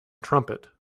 trumpet